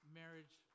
marriage